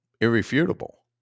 irrefutable